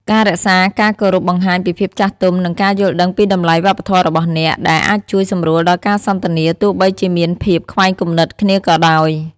ការរក្សាការគោរពបង្ហាញពីភាពចាស់ទុំ និងការយល់ដឹងពីតម្លៃវប្បធម៌របស់អ្នក ដែលអាចជួយសម្រួលដល់ការសន្ទនាទោះបីជាមានភាពខ្វែងគំនិតគ្នាក៏ដោយ។